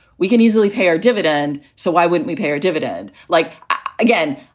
we can easily pay our dividend. so why wouldn't we pay a dividend like again?